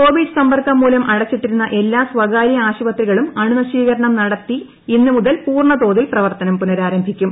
Covid സമ്പർക്കം മൂലം അടച്ചിട്ടിരുന്ന എല്ലാ സ്വകാര്യ ആശുപത്രികളും അണുനശീകരണം നടത്തി ഇന്ന് മുതൽ പൂർണ്ണ തോതിൽ പ്രവർത്തനം പുനഃരാരംഭിക്കും